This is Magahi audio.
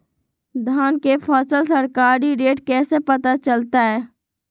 धान के फसल के सरकारी रेट कैसे पता चलताय?